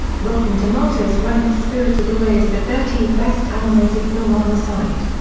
rotten tomatoes ranked spirited away as the thirteenth-best animated film on the site.